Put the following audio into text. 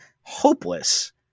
hopeless